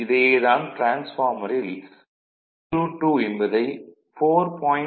இதையே தான் டிரான்ஸ்பார்மரில் 2 என்பதை 4